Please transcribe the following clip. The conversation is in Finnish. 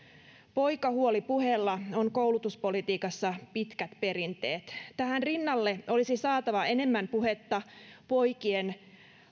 poikahuolipuheella on koulutuspolitiikassa pitkät perinteet tähän rinnalle olisi saatava enemmän puhetta poikien